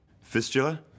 Fistula